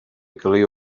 calia